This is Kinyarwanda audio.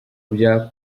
bya